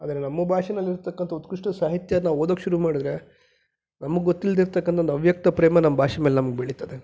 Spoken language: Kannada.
ಆದರೆ ನಮ್ಮ ಭಾಷೆನಲ್ಲಿ ಇರತಕ್ಕಂಥ ಉತ್ಕೃಷ್ಟ ಸಾಹಿತ್ಯನ ಓದೋಕೆ ಶುರು ಮಾಡಿದರೆ ನಮಗೆ ಗೊತ್ತಿಲ್ಲದೇ ಇರತಕ್ಕಂಥ ಒಂದು ಅವ್ಯಕ್ತ ಪ್ರೇಮ ನಮ್ಮ ಭಾಷೆ ಮೇಲೆ ನಮ್ಗೆ ಬೆಳೀತದೆ